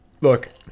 look